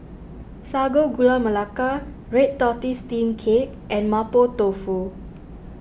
Sago Gula Melaka Red Tortoise Steamed Cake and Mapo Tofu